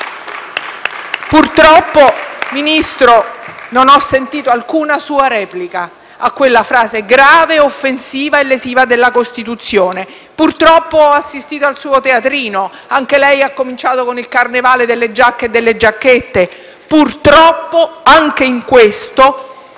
Purtroppo, signor Ministro, non ho sentito alcuna sua replica a quella frase grave, offensiva e lesiva della Costituzione. Purtroppo ho assistito al suo teatrino: anche lei ha cominciato con il carnevale delle giacche e delle giacchette e, purtroppo, anche con l'uso